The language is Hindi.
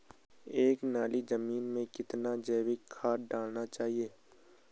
एक नाली जमीन में कितना जैविक खाद डालना चाहिए?